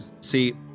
See